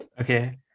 Okay